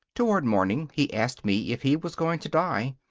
toward morning he asked me if he was going to die.